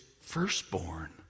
firstborn